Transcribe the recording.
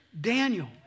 Daniel